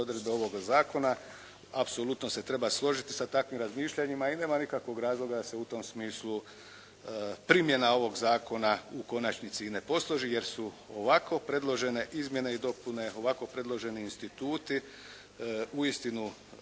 odredbe ovoga zakona, apsolutno se treba složiti sa takvim razmišljanjima i nema nikakvog razloga da se u tom smislu primjena ovog zakona u konačnici i ne posloži jer su ovako predložene izmjene i dopune ovako predloženi instituti uistinu